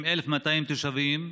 עם 1,200 תושבים,